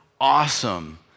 awesome